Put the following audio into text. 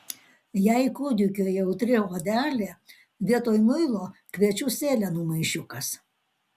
jei kūdikio jautri odelė vietoj muilo kviečių sėlenų maišiukas